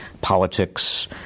politics